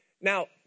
Now